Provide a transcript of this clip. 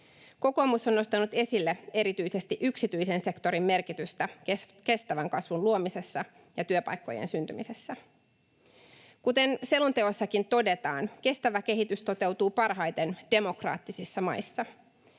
Kokoomus on nostanut esille erityisesti yksityisen sektorin merkitystä kestävän kasvun luomisessa ja työpaikkojen syntymisessä. Kuten selonteossakin todetaan, kestävä kehitys toteutuu parhaiten demokraattisissa maissa.